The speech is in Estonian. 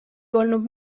polnud